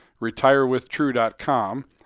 retirewithtrue.com